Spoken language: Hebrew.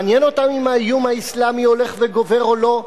מעניין אותם אם האיום האסלאמי הולך וגובר או לא.